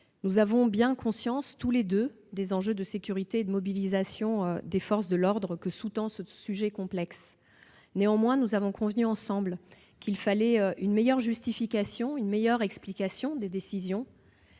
tous deux bien conscience des enjeux de sécurité et de mobilisation des forces de l'ordre qui sous-tendent ce sujet complexe. Néanmoins, nous sommes convenus qu'il fallait une meilleure justification et une meilleure explication des décisions,